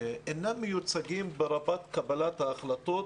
אינם מיוצגים בקבלת ההחלטות